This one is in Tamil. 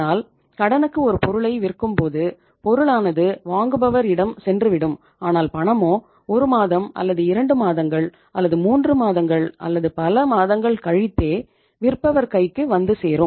ஆனால் கடனுக்கு ஒரு பொருளை விற்கும் போது பொருளானது வாங்குபவர் இடம் சென்றுவிடும் ஆனால் பணமோ ஒரு மாதம் அல்லது இரண்டு மாதங்கள் அல்லது மூன்று மாதங்கள் அல்லது பல மாதங்கள் கழித்தே விற்பவர் கைக்கு வந்து சேரும்